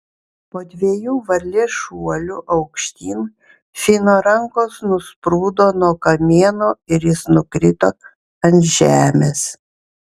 po dviejų varlės šuolių aukštyn fino rankos nusprūdo nuo kamieno ir jis nukrito ant žemės